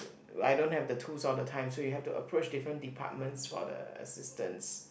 I don't have the tools all the time so you have to approach different departments for the assistance